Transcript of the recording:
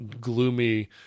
gloomy